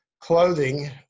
clothing